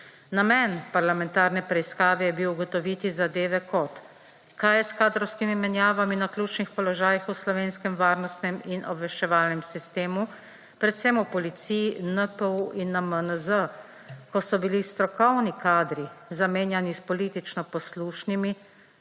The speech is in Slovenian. Namen parlamentarne preiskave je bil ugotoviti zadeve, kot so: kaj je s kadrovskimi menjavami na ključnih položajih v slovenskem varnostnem in obveščevalnem sistemu, predvsem v policiji, NPU in na MNZ, ko so bili strokovni kadri zamenjani s politično poslušnimi,